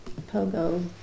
Pogo